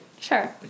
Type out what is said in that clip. Sure